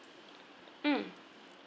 mm